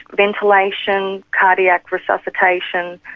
ventilation, cardiac resuscitation,